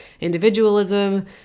individualism